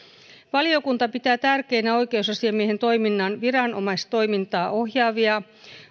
valiokunta pitää tärkeinä oikeusasiamiehen toiminnan viranomaistoimintaa ohjaavia